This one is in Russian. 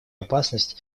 опасность